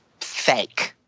fake